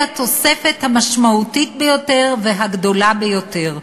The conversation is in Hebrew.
התוספת המשמעותית ביותר והגדולה ביותר,